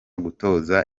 gutoza